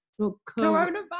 Coronavirus